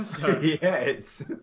yes